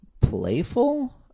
playful